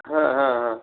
हं हं हं